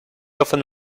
often